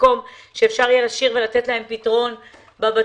במקום שאפשר יהיה להשאיר ולתת להם פתרון בבתים.